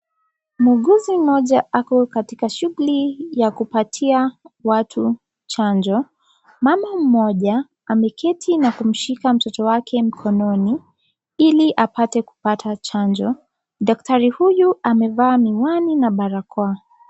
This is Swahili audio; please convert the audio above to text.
Muuguzi mmoja, ako katika shughuli ya kupatia watu chanjo. Mama mmoja, ameketi na kumshika mtoto wake mikononi ili apate kupata chanjo. Daktari huyu amevaa miwani na balakoa.